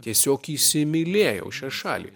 tiesiog įsimylėjau šią šalį